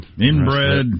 Inbred